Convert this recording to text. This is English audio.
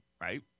right